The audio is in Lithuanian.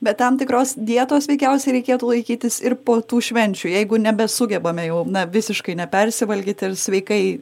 bet tam tikros dietos veikiausiai reikėtų laikytis ir po tų švenčių jeigu nebesugebame jau na visiškai nepersivalgyti ir sveikai